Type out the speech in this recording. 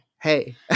hey